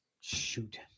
Shoot